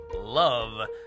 love